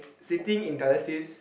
sitting in dialysis